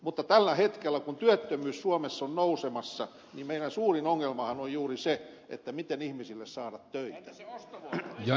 mutta tällä hetkellä kun työttömyys suomessa on nousemassa niin meidän suurin ongelmammehan on juuri se miten saada ihmisille töitä